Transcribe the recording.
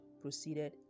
proceeded